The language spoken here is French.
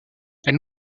elle